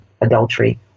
adultery